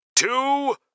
Two